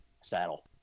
saddle